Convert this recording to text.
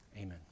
Amen